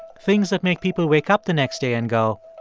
things that make people wake up the next day and go,